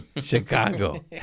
Chicago